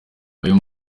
uyu